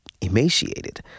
emaciated